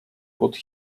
put